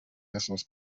esos